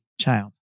child